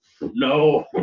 No